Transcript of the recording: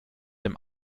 dem